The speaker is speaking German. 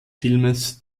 films